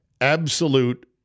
absolute